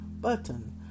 button